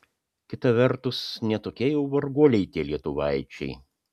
kita vertus ne tokie jau varguoliai tie lietuvaičiai